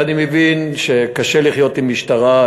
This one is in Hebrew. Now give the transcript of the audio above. ואני מבין שקשה לחיות עם משטרה,